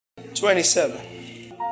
27